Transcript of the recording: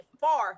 far